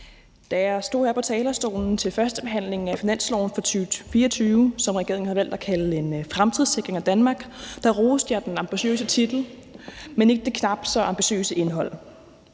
Da jeg stod her på talerstolen til førstebehandlingen af finansloven for 2024, som regeringen har valgt at kalde »Fremtidssikring af Danmark«, roste jeg den ambitiøse titel, men ikke det knap så ambitiøse indhold.